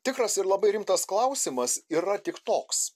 tikras ir labai rimtas klausimas yra tik toks